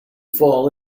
fall